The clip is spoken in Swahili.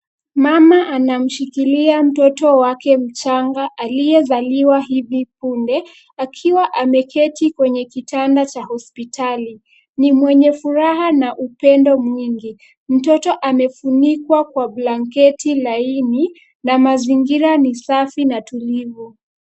Mama anamshikilia mtoto wake mchanga aliyezaliwa hivi punde, akiwa ameketi kwenye kitanda cha hospitali. Ni mwenye furaha na upendo mwingi. Mtoto amefunikwa kwa blanketi laini, na mazingira ni safi na tulivu.